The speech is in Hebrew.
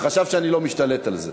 שחשב שאני לא משתלט על זה.